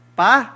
pa